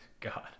God